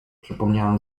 przypomniałem